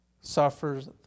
suffers